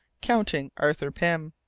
counting arthur pym.